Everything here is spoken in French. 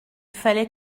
fallait